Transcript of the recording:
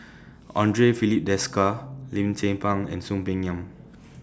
Andre Filipe Desker Lim Tze Peng and Soon Peng Yam